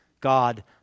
God